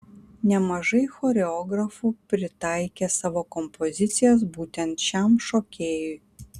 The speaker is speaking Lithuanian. nemažai choreografų pritaikė savo kompozicijas būtent šiam šokėjui